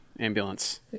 Ambulance